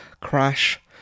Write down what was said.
Crash